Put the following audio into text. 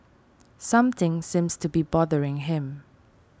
something seems to be bothering him